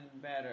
better